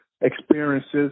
experiences